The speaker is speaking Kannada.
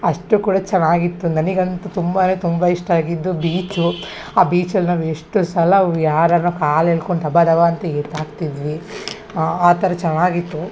ಅಷ್ಟು ಕೂಡ ಚೆನ್ನಾಗಿತ್ತು ನನಗಂತೂ ತುಂಬ ಅಂದರೆ ತುಂಬ ಇಷ್ಟ ಆಗಿದ್ದು ಬೀಚು ಆ ಬೀಚಲ್ಲಿ ನಾವು ಎಷ್ಟು ಸಲ ಅವ್ ಯಾರ್ಯಾರ ಕಾಲು ಎಳ್ಕೊಂಡು ದಬ ದಬ ಅಂತ ಎತ್ತಿ ಹಾಕ್ತಿದ್ವಿ ಆ ಥರ ಚೆನ್ನಾಗಿತ್ತು